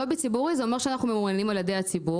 לובי ציבורי פירושו שאנחנו ממומנים על ידי הציבור.